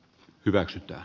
hyväksytty